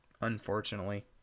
unfortunately